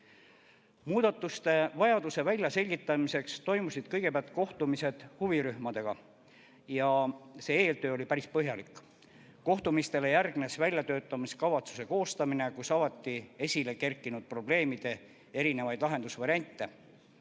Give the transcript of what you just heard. Muudatuste vajaduse väljaselgitamiseks toimusid kõigepealt kohtumised huvirühmadega. Eeltöö oli päris põhjalik. Kohtumistele järgnes väljatöötamiskavatsuse koostamine, kus avati esile kerkinud probleemide erinevaid lahendusvariante.